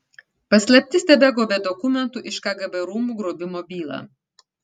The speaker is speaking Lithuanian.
paslaptis tebegaubia dokumentų iš kgb rūmų grobimo bylą